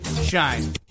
shine